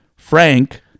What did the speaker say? frank